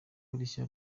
rishya